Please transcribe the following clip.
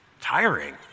tiring